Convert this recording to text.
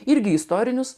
irgi istorinius